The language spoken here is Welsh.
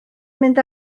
mynd